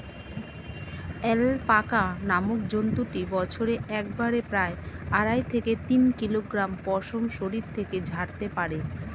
alpaca নামক জন্তুটি বছরে একবারে প্রায় আড়াই থেকে তিন কিলোগ্রাম পশম শরীর থেকে ঝরাতে পারে